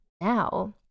now